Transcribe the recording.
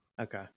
Okay